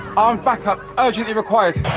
on backup, urgently required